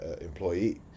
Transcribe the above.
employee